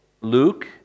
Luke